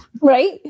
Right